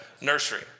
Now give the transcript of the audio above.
nursery